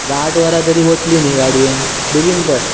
आतां आठ वरां तरी वतलीं न्ही गाडयेन बेगीन पळय